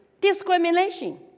discrimination